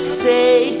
say